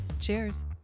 Cheers